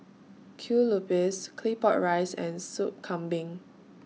Kue Lupis Claypot Rice and Sup Kambing